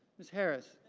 ms. harris.